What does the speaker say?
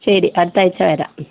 ശരി അടുത്താഴ്ച്ച വരാം